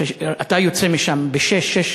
אתה יוצא משם ב-06:00,